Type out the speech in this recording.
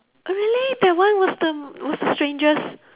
oh really that one was the was the strangest